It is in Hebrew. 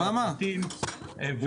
אני